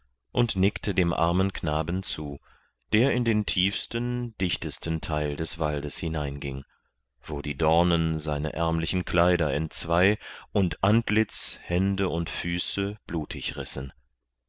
und nickte dem armen knaben zu der in den tiefsten dichtesten teil des waldes hineinging wo die dornen seine ärmlichen kleider entzwei und antlitz hände und füße blutig rissen